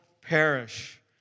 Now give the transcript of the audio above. perish